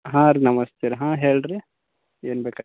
ಹಾಂ ರೀ ನಮಸ್ತೆ ಹಾಂ ಹೇಳ್ರಿ ಏನು ಬೇಕಾ